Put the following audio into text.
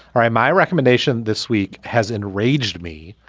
right. my recommendation this week has enraged me,